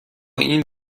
این